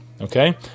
Okay